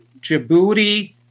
Djibouti